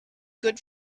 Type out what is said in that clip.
good